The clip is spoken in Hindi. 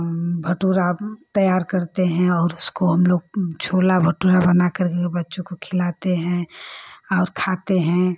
भटूरा तैयार करते हैं और उसको हमलोग छोला भटूरा बना करके बच्चों को खिलाते हैं और खाते हैं